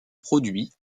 produit